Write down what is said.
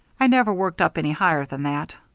i never worked up any higher than that.